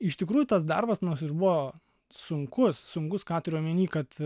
iš tikrųjų tas darbas nors ir buvo sunkus sunkus ką turiu omeny kad